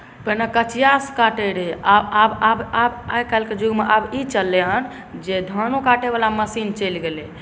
पहिने कचिआसँ काटैत रहै आब आइ काल्हिके युगमे आब ई चललै हेँ जे धानो काटयवला मशीन चलि गेलै